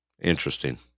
interesting